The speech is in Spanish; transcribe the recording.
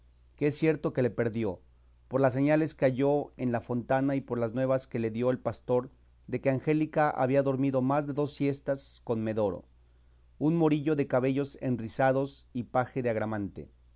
que es cierto que le perdió por las señales que halló en la fontana y por las nuevas que le dio el pastor de que angélica había dormido más de dos siestas con medoro un morillo de cabellos enrizados y paje